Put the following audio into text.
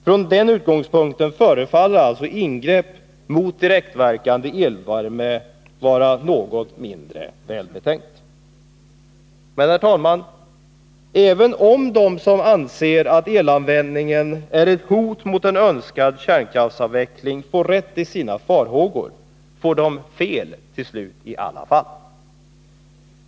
Från denna utgångspunkt förefaller ingrepp mot direktverkande elvärme vara något mindre välbetänkta. Men, herr talman, även om de som anser elanvändningen vara ett hot mot en önskad kärnkraftsavveckling får rätt i sina farhågor, får de till slut fel i alla fall.